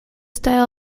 style